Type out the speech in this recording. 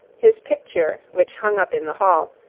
his picture, which hung up in the hall,